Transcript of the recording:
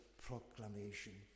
proclamation